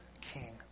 king